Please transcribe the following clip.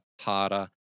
harder